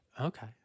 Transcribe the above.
Okay